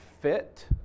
fit